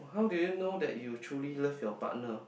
how do you know that you truely love your partner